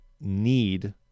need